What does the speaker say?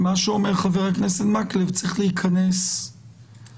מה שאומר חבר הכנסת מקלב זה שצריך להיכנס למערכת